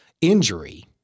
injury